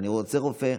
אני רוצה רופא,